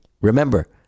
Remember